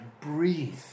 breathe